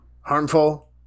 harmful